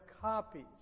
copies